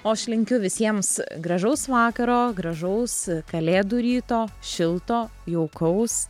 o aš linkiu visiems gražaus vakaro gražaus kalėdų ryto šilto jaukaus